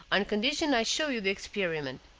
on condition i show you the experiment.